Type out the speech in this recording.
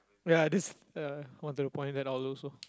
ya this ya wanted to point that also